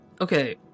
Okay